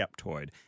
Skeptoid